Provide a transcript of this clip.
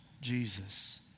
Jesus